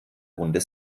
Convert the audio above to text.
runde